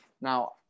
now